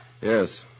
Yes